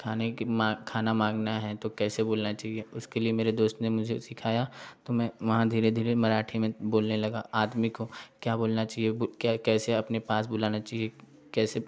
खाने कि मा खाना मांगना है तो कैसे बोलना चाहिए उसके लिए मेरे दोस्त ने मुझे सीखाया तो मैं वहाँ धीरे धीरे मराठी में बोलने लगा आदमी को क्या बोलना चाहिए बु क्या कैसे अपने पास बुलाना चाहिए कैसे